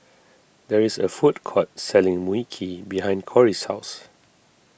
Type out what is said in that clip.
there is a food court selling Mui Kee behind Cori's house